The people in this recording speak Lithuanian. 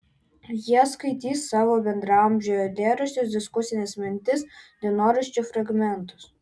jie skaitys savo bendraamžių eilėraščius diskusines mintis dienoraščių fragmentus